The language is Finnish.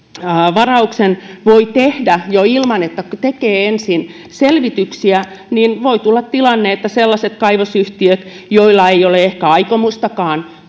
varauksen voi tehdä jo ilman että tekee ensin selvityksiä niin voi tulla tilanne että sellaiset kaivosyhtiöt joilla ei ole ehkä aikomustakaan